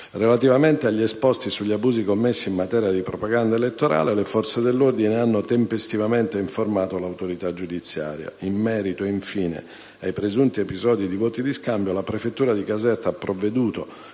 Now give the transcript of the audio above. Relativamente agli esposti sugli abusi commessi in materia di propaganda elettorale, le forze dell'ordine hanno tempestivamente informato l'autorità giudiziaria. In merito, infine, ai presunti episodi di voto di scambio, la prefettura di Caserta ha provveduto,